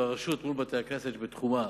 והרשות בתחומה,